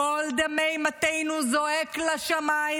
קול דמי מתינו זועק לשמיים,